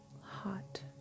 hot